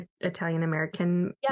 Italian-American